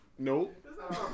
Nope